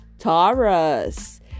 Taurus